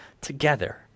together